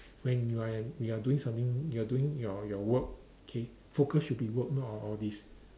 when you are in you are doing something you are doing your your work K focus should be work not on all this